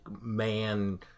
man